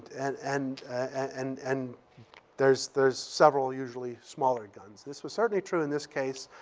and and and and there's there's several usually smaller guns. this was certainly true in this case.